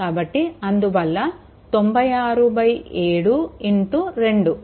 కాబట్టి అందువల్ల 967 2